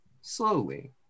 slowly